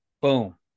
Boom